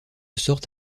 sorte